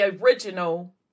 original